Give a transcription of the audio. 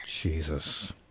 Jesus